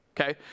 Okay